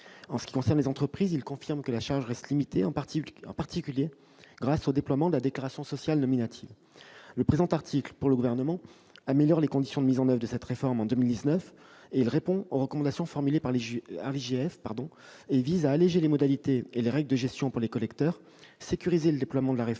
En ce qui concerne les entreprises, il confirme que la charge reste limitée, en particulier grâce au déploiement de la déclaration sociale nominative. Le Gouvernement considère que le présent article améliore les conditions de mise en oeuvre de cette réforme en 2019, répond aux recommandations formulées par l'IGF et vise à alléger les modalités et les règles de gestion pour les collecteurs, sécuriser le déploiement de la réforme